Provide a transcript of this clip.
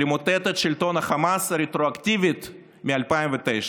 למוטט את שלטון החמאס רטרואקטיבית מ-2009.